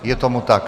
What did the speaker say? Je tomu tak.